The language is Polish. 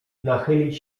nachylić